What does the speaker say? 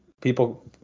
people